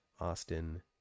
Austin